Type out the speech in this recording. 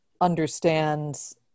understands